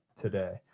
today